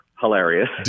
Hilarious